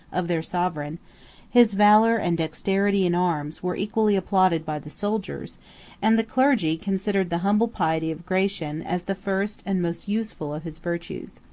of their sovereign his valor and dexterity in arms were equally applauded by the soldiers and the clergy considered the humble piety of gratian as the first and most useful of his virtues.